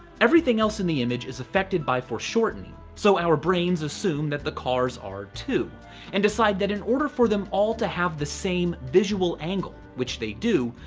everything else in the image is affected by foreshortening, so our brains assume that the cars are too and decide that in order for them all to have the same visual angle, which they do,